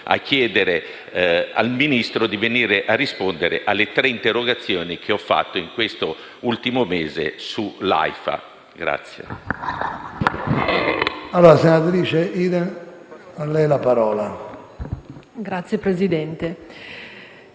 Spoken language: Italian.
a chiedere al Ministro di venire a rispondere alle tre interrogazioni che ho presentato in quest'ultimo mese sull'AIFA.